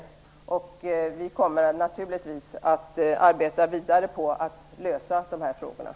Socialdemokraterna kommer naturligtvis att arbeta vidare med att lösa dessa problem.